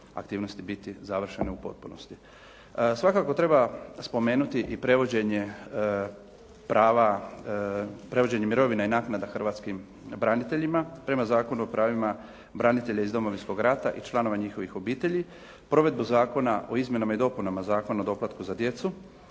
aktivnosti biti završene u potpunosti. Svako treba spomenuti i prevođenje prava, prevođenje mirovina i naknada hrvatskim braniteljima prema Zakonu o pravima branitelja iz Domovinskog rata i članova njihovih obitelji, provedbu Zakona o izmjenama i dopunama Zakona o doplatku za djecu,